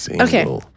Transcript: Okay